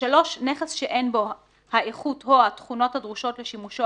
(3) נכס שאין בו האיכות או התכונות הדרושות לשימושו